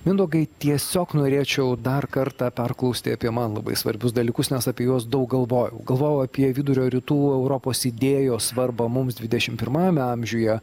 mindaugai tiesiog norėčiau dar kartą perklausti apie man labai svarbius dalykus nes apie juos daug galvojau galvojau apie vidurio rytų europos idėjos svarbą mums dvidešimt pirmajame amžiuje